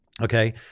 Okay